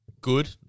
good